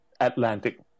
Atlantic